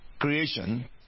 creation